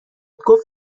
گفت